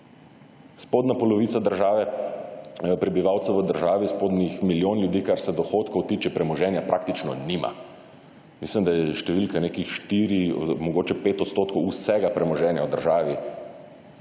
Spodnja polovica države prebivalcev v državi, spodnjih milijon ljudi, kar se dohodkov tiče, premoženja praktično nima. Mislim, da številka nekih štiri, mogoče pet odstotkov vsega premoženja v državi